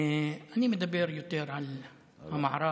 אני מדבר יותר על המערב,